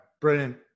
brilliant